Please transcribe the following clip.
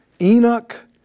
Enoch